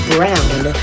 Brown